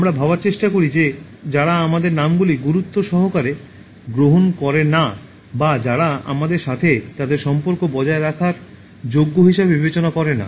আমরা ভাবার চেষ্টা করি যে যারা আমাদের নামগুলি গুরুত্ব সহকারে গ্রহণ করে না বা যারা আমাদের সাথে তাদের সম্পর্ক বজায় রাখার যোগ্য হিসাবে বিবেচনা করে না